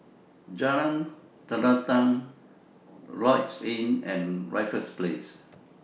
Jalan Terentang Lloyds Inn and Raffles Place